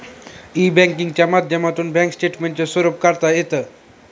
E बँकिंगच्या माध्यमातून bank स्टेटमेंटचे स्वरूप काढता येतं